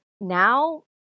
now